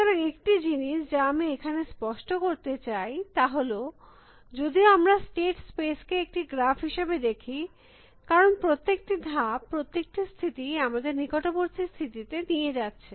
সুতরাং একটি জিনিস যা আমি এখানে স্পস্ট করতে চাই তা হল যদিও আমরা স্টেট স্পেস কে একটি গ্রাফ হিসাবে দেখি কারণ প্রত্যেকটি ধাপ প্রত্যেকটি স্থিতি আমাদের নিকটবর্তী স্থিতিতে নিয়ে যাচ্ছে